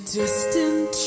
distant